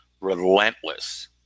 relentless